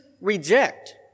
reject